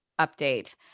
update